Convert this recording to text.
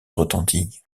retentit